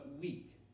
weak